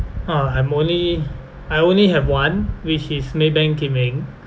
uh I'm only I only have one which is maybank kim eng